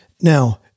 Now